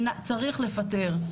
צריך לפטר,